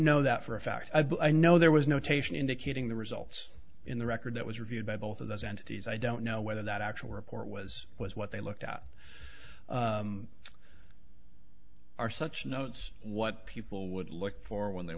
know that for a fact i but i know there was notation indicating the results in the record that was reviewed by both of those entities i don't know whether that actual report was was what they looked at are such notes what people would look for when they